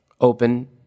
Open